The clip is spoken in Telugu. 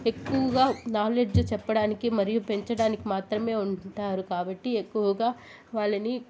ఎక్కువుగా నాలెడ్జ్ చెప్పడానికి మరియు పెంచడానికి మాత్రమే ఉంటారు కాబట్టి ఎక్కువుగా వాళ్ళని